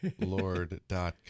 Lord.com